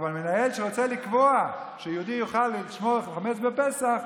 אבל מנהל שרוצה לקבוע שיהודי יוכל לשמור חמץ בפסח,